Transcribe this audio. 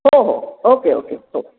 हो हो okay okay okay